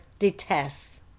detests